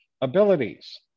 abilities